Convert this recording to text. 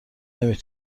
نمی